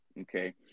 okay